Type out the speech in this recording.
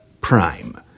Prime